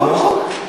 לא נכון.